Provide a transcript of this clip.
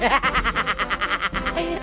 i